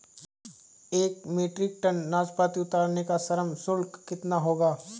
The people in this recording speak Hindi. एक मीट्रिक टन नाशपाती उतारने का श्रम शुल्क कितना होगा?